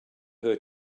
her